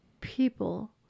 people